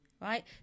Right